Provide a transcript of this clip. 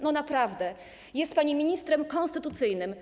Naprawdę, jest pani ministrem konstytucyjnym.